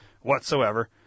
whatsoever